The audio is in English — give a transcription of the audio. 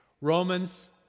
Romans